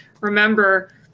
remember